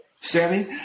Sammy